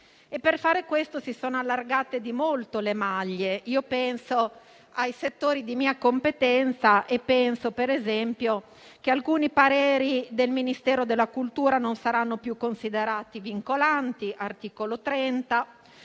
per fare questo, si sono allargate di molto le maglie: io faccio riferimento ai settori di mia competenza e penso - per esempio - che alcuni pareri del Ministero della cultura non saranno più considerati vincolanti (articolo 30);